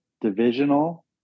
divisional